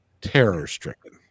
terror-stricken